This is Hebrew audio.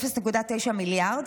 0.9 מיליארד,